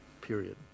period